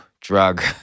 drug